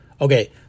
Okay